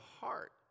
heart